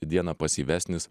dieną pasyvesnis